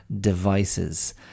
devices